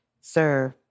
serve